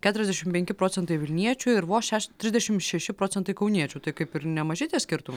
keturiasdešim penki procentai vilniečių ir voš trisdešim šeši procentai kauniečių tai kaip ir nemaži tie skirtumai